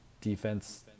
defense